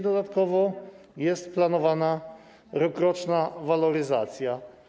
Dodatkowo jest planowana rokroczna waloryzacja.